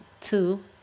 Two